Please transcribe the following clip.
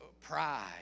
pride